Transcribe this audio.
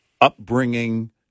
upbringing